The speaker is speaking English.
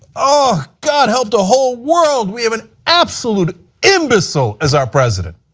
ah god help the whole world. we have an absolute imbecile as our president.